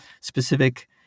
specific